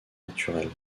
naturelle